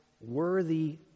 worthy